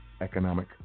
economic